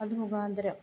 അത് മുഖാന്തരം